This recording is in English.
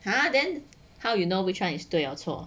ha then how you know which one is 对 or 错